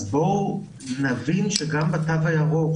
אז בואו נבין שגם בתו הירוק,